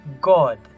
God